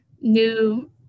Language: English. new